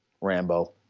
Rambo